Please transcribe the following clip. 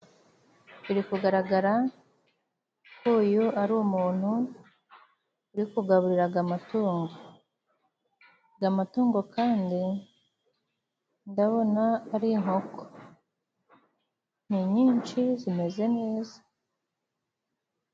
Biri kugaragara ko uyu ari umuntu uri kugaburira aga amatungo. Aga matungo kandi ndabona ari inkoko .Ni nyinshi zimeze neza.